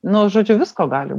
nu žodžiu visko gali